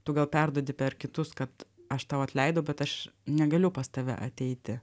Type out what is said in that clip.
tu gal perduodi per kitus kad aš tau atleidau bet aš negaliu pas tave ateiti